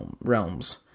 realms